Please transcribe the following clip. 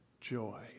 joy